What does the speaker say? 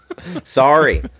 Sorry